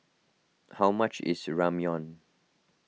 how much is Ramyeon